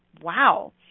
wow